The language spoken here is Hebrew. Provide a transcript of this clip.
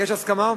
יש הסכמה?